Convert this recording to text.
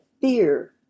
fear